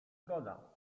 zgoda